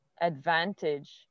advantage